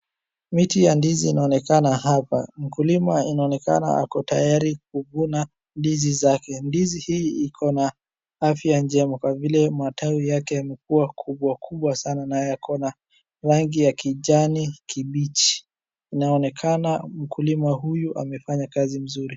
Miti ya ndizi inaonekana hapa. Mkulima inaonekana ako tayari kuvuna ndizi zake. Ndizi hii iko na afya njema kwa vile matawi yake yamekuwa kubwa kubwa sana na yako na rangi ya kijani kibichi. Inaonekana mkulima huyu amefanya kazi nzuri.